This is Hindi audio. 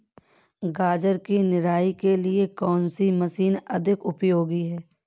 गाजर की निराई के लिए कौन सी मशीन अधिक उपयोगी है?